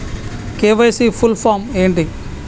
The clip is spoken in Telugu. కే.వై.సీ ఫుల్ ఫామ్ ఏంటి?